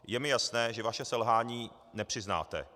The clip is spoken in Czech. Je mi jasné, že vaše selhání nepřiznáte.